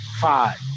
five